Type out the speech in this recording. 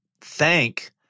thank